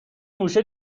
موشه